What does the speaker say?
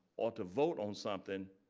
or to vote on something,